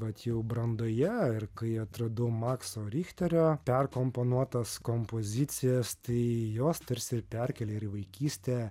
vat jau brandoje ir kai atradau makso richterio perkomponuotas kompozicijas tai jos tarsi ir perkelia į vaikystę